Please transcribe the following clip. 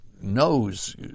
knows